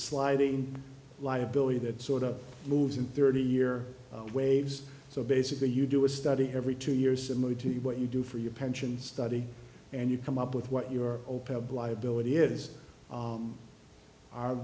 sliding liability that sort of moves in thirty year waves so basically you do a study every two years similar to what you do for your pension study and you come up with what your bly ability is